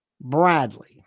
Bradley